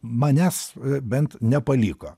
manęs bent nepaliko